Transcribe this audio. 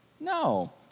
No